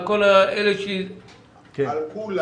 על כולם.